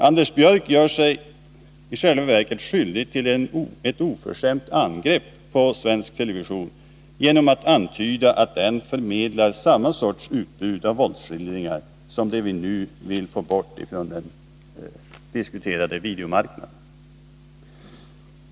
Anders Björck gör sig i själva verket skyldig till ett oförskämt angrepp på Sveriges Television genom att antyda att den förmedlar samma sorts utbud av våldsskildringar som det vi nu vill få bort från den diskuterade videomarknaden.